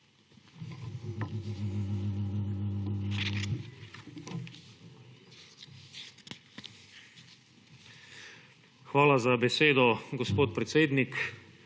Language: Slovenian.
Hvala za besedo, gospod predsednik.